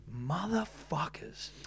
motherfuckers